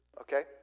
okay